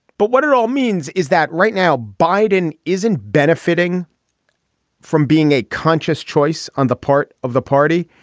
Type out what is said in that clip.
but what it all means is that right now biden isn't benefiting from being a conscious choice on the part of the party.